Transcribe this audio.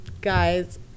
guys